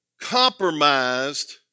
compromised